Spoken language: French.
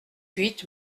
huit